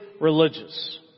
religious